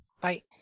Bye